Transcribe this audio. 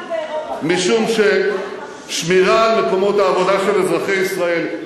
משום ששמירה על מקומות העבודה של אזרחי ישראל,